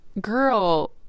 girl